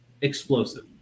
explosive